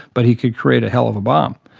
but he could create a hell of a bomb.